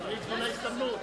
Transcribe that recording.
חברים, תנו לה הזדמנות.